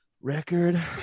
Record